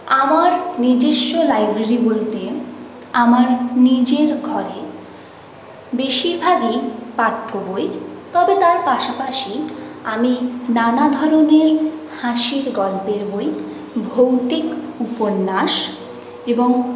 আমার নিজস্ব লাইব্রেরি বলতে আমার নিজের ঘরে বেশিরভাগই পাঠ্য বই তবে তার পাশাপাশি আমি নানা ধরনের হাসির গল্পের বই ভৌতিক উপন্যাস এবং